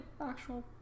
actual